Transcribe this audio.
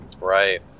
Right